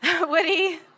Woody